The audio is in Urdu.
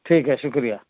ٹھیک ہے شکریہ